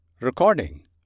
Recording